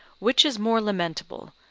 which is more lamentable,